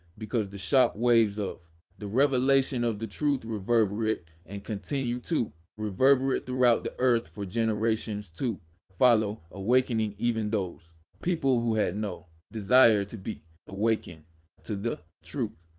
because the shock waves of the revelation of the truth reverberate, and continue to reverberate throughout the earth for generations to follow, awakening even those people who had no desire to be awakened to the truth.